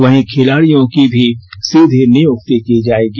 वहीं खिलाड़ियों की भी सीधी नियुक्ति की जायेगी